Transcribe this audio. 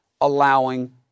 allowing